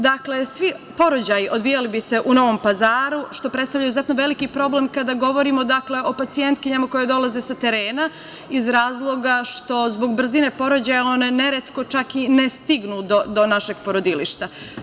Dakle, svi porođaji odvijali bi se u Novom Pazaru, što predstavlja izuzetno veliki problem kada govorimo o pacijentkinjama koje dolaze sa terena iz razloga što zbog brzine porođaja one neretko čak i ne stignu do našeg porodilišta.